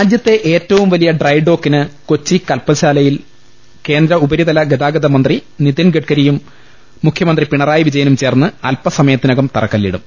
രാജ്യത്തെ ഏറ്റവും വലിയ ഡ്രൈഡോക്കിന് കൊച്ചി കപ്പൽശാ ലയിൽ കേന്ദ്ര ഉപരിതലഗതാഗത മന്ത്രി നിതിൻ ഗഡ്ഗരിയും മുഖ്യ മന്ത്രി പിണറായി വിജയനും ചേർന്ന് അൽപ്പസമയത്തിനകം തറ ക്കല്ലിടും